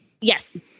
Yes